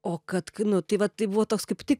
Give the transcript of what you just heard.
o kad knu tai va tai buvo toks kaip tik